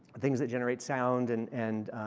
things that generate sound and, and